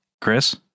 Chris